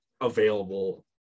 available